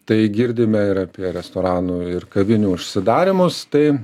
tai girdime ir apie restoranų ir kavinių užsidarymus tai